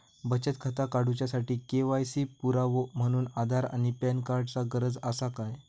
बचत खाता काडुच्या साठी के.वाय.सी पुरावो म्हणून आधार आणि पॅन कार्ड चा गरज आसा काय?